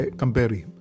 compare